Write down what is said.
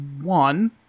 One